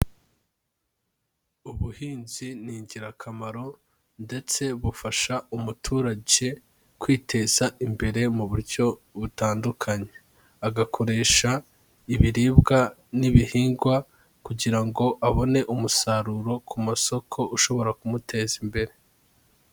Ubuhinzi ni ingirakamaro ndetse bufasha umuturage kwiteza imbere mu buryo butandukanye, agakoresha ibiribwa n'ibihingwa kugira ngo abone umusaruro ku masoko ushobora kumuteza imbere.